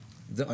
זהו.